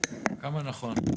כמה נכון.